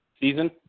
season